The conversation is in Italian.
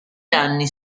danni